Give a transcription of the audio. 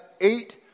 eight